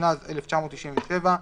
התשנ"ז 1997,